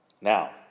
Now